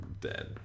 dead